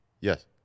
Yes